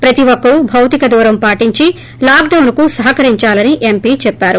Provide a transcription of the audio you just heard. ప్రతి ఒక్కరూ భౌతిక దూరం పాటించి లాక్ డౌస్ కు సహకరిందాలని ఎంపీ చెప్పారు